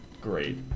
great